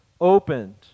opened